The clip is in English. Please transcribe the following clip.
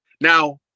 Now